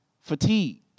fatigued